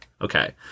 Okay